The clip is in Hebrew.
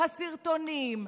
הסרטונים,